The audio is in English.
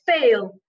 fail